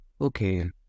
Okay